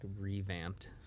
revamped